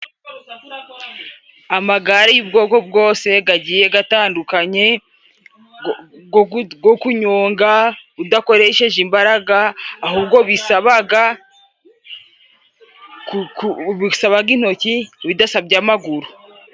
Amagare y'ubwoko bwose gagiye gatandukanye go kunyonga udakoresheje imbaraga ahubwo bisabaga intoki bidasabye amaguru.